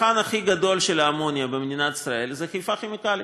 הצרכן הכי גדול של אמוניה במדינת ישראל זה חיפה כימיקלים,